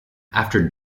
after